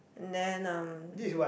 then um